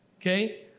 Okay